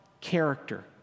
character